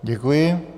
Děkuji.